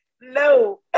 no